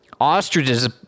ostriches